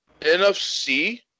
NFC